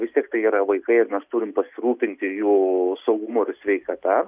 vis tiek tai yra vaikai ir mes turim pasirūpinti jų saugumu ir sveikata